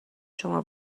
شما